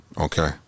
Okay